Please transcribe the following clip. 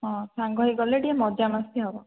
ହଁ ସାଙ୍ଗ ହୋଇକି ଗଲେ ଟିକିଏ ମଜା ମସ୍ତି ହେବ